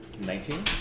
nineteen